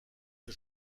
que